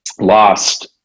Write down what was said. lost